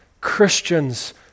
Christians